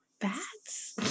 bats